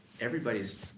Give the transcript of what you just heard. Everybody's